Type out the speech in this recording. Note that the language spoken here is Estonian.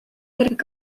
kõrgelt